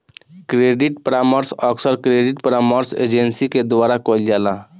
credit परामर्श अक्सर credit परामर्श एजेंसी के द्वारा कईल जाला